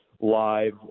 live